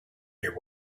near